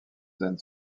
zen